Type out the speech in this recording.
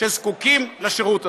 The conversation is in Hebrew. שזקוקים לשירות הזה.